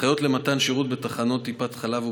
ההנחיות למתן שירות בתחנות טיפת חלב או